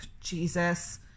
jesus